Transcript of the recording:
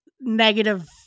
negative